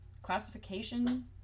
classification